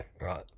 right